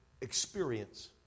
experience